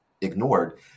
ignored